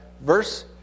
verse